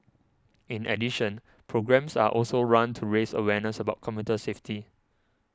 in addition programmes are also run to raise awareness about commuter safety